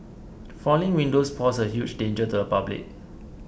falling windows pose a huge danger to the public